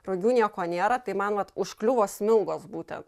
rugių nieko nėra tai man vat užkliuvo smilgos būtent